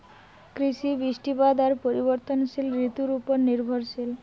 কৃষি, বৃষ্টিপাত আর পরিবর্তনশীল ঋতুর উপর নির্ভরশীল